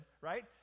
right